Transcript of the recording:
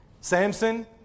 Samson